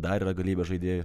dar yra galybė žaidėjų